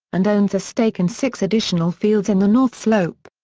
and owns a stake in six additional fields in the north slope.